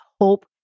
hope